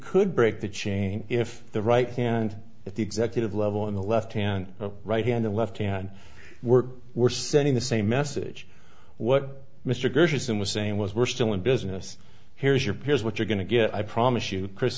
could break the chain if the right and at the executive level on the left hand right hand the left hand were were sending the same message what mr gerson was saying was we're still in business here's your peers what you're going to get i promise you chris